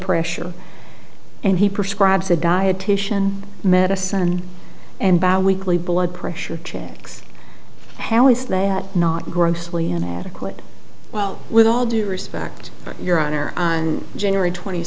pressure and he prescribes a dietician medicine and vowed weekly blood pressure checked how is that not grossly inadequate well with all due respect your honor and january twenty